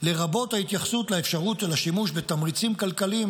לרבות ההתייחסות לאפשרות של השימוש בתמריצים כלכליים